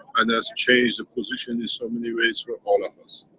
and has changed the position in so many ways for all of us.